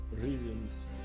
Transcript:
reasons